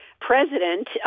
president –